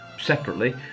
separately